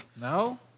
No